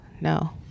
No